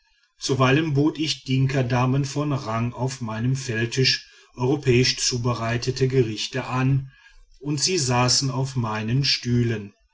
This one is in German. zuweilen bot ich dinkadamen von rang auf meinem feldtisch europäisch zubereitete gerichte an und sie saßen auf meinen stühlen